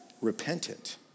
repentant